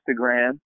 Instagram